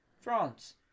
France